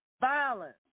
violence